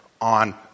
on